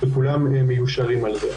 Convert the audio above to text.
וכולם מיושרים על זה.